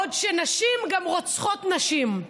בעוד נשים גם רוצחות גברים.